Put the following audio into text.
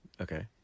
okay